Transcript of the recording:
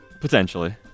Potentially